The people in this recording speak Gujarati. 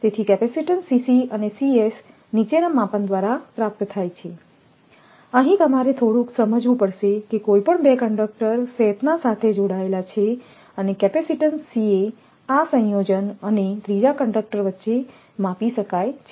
તેથી કેપેસિટીન્સ અને નીચેના માપન દ્વારા પ્રાપ્ત થાય છે અહીં તમારે થોડુંક સમજવું પડશે કે કોઈ પણ 2 કંડક્ટર શેથના સાથે જોડાયેલા છે અને કેપેસિટીન્સ આ સંયોજન અને ત્રીજા કંડક્ટર વચ્ચે માપી શકાય છે